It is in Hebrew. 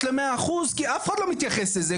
ל-100 אחוז כי אף אחד לא מתייחס לזה.